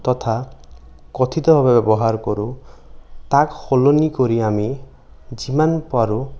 তথা কথিতভাৱে ব্যৱহাৰ কৰোঁ তাক সলনি কৰি আমি যিমান পাৰোঁ